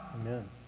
Amen